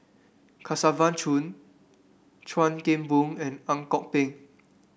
Kesavan Chuan Keng Boon and Ang Kok Peng